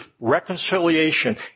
reconciliation